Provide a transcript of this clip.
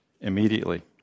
immediately